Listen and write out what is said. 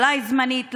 אולי זמנית,